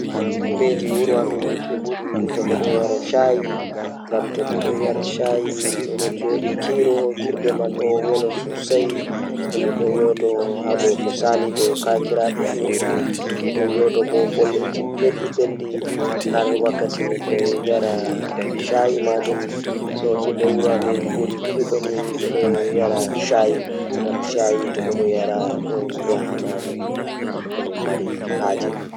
Eey, miɗo waɗa ties. Miɗo tottude ka tie e oon jamaa ɗum waɗa to yaafoore ka wayi. E nder ɓe am, ɗiɗi njannduɓe waɗi tie ko ɓe njooɗi haɓre e jam, tawa ɓe waɗi moƴƴi ko ɗiɗi mbaɗɗoowo.